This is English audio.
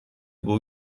will